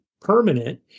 permanent